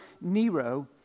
Nero